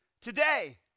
Today